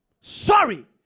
sorry